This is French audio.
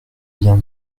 bien